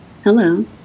Hello